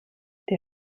der